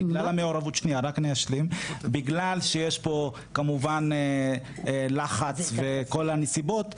בגלל שיש פה לחץ וכל הנסיבות,